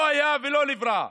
לא היה ולא נברא.